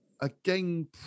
again